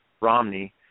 Romney